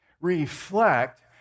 reflect